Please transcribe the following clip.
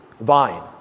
vine